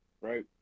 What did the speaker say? right